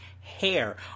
Hair